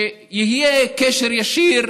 שיהיה קשר ישיר,